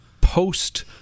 post